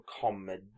comedy